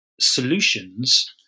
solutions